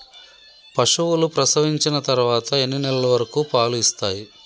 పశువులు ప్రసవించిన తర్వాత ఎన్ని నెలల వరకు పాలు ఇస్తాయి?